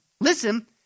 Listen